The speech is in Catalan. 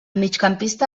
migcampista